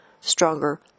stronger